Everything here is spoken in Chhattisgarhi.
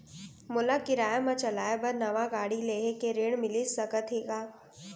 मोला किराया मा चलाए बर नवा गाड़ी लेहे के ऋण मिलिस सकत हे का?